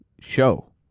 show